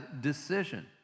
decision